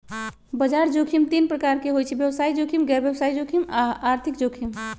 बजार जोखिम तीन प्रकार के होइ छइ व्यवसायिक जोखिम, गैर व्यवसाय जोखिम आऽ आर्थिक जोखिम